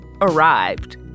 arrived